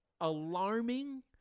alarming